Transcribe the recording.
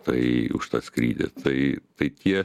tai užtat skrydį tai tai tie